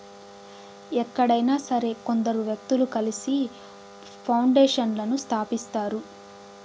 ఎక్కడైనా సరే కొందరు వ్యక్తులు కలిసి పౌండేషన్లను స్థాపిస్తారు